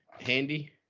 Handy